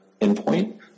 endpoint